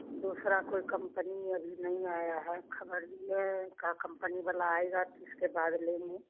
दूसरी कोई कम्पनी अभी नहीं आई है ख़बर दिए हैं कम्पनी वाला आएगा तो इसके बाद लेंगे